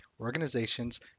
organizations